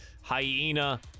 hyena